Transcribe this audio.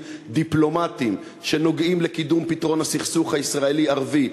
דיפלומטיים שנוגעים לקידום פתרון הסכסוך הישראלי ערבי,